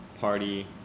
party